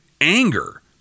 anger